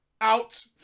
out